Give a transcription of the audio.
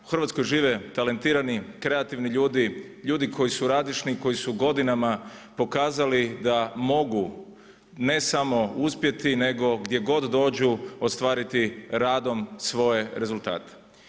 U Hrvatskoj žive talentirani, kreativni ljudi, ljudi koji su radišni i koji su godinama pokazali da mogu ne samo uspjeti, nego gdje god dođu ostvariti radom svoje rezultate.